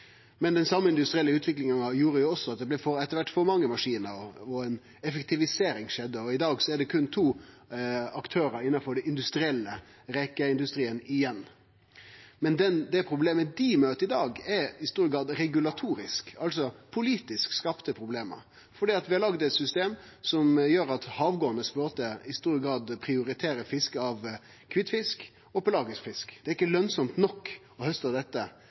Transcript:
Men den same industrielle utviklinga gjorde også at det etter kvart blei for mange maskiner, og ei effektivisering skjedde. I dag er det berre to aktørar igjen innanfor rekeindustrien. Dei problema dei møter i dag, er i stor grad regulatoriske, altså politisk skapte problem, fordi vi har laga eit system som gjer at den havgåande flåten i stor grad prioriterer fiske av kvitfisk og pelagisk fisk. Det er ikkje lønsamt nok å